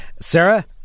Sarah